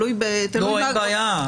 אין בעיה.